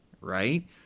right